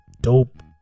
dope